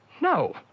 No